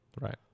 right